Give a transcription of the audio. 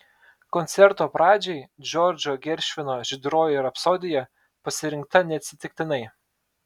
koncerto pradžiai džordžo geršvino žydroji rapsodija pasirinkta neatsitiktinai